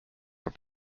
were